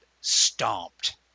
stomped